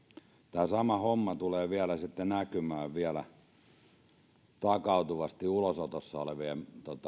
tämä sama homma tulee vielä sitten näkymään takautuvasti ulosotossa olevien